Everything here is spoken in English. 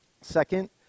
Second